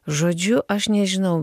žodžiu aš nežinau